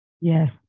Yes